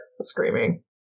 screaming